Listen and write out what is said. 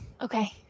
okay